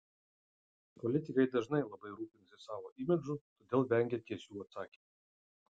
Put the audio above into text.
politikai dažnai labai rūpinasi savo imidžu todėl vengia tiesių atsakymų